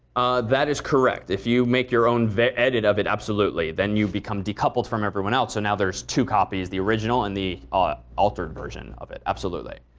that is correct. if you make your own edit of it, absolutely. then you become decoupled from everyone else. so now there's two copies the original and the ah altered version of it. absolutely.